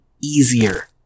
easier